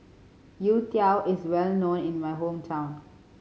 youtiao is well known in my hometown